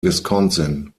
wisconsin